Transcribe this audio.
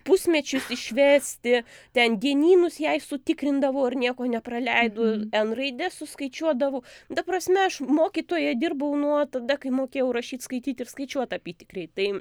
pusmečius išvesti ten dienynus jai sutikrindavau ar nieko nepraleido n raides suskaičiuodavau ta prasme aš mokytoja dirbau nuo tada kai mokėjau rašyt skaityt ir skaičiuot apytikriai tai